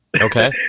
Okay